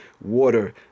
water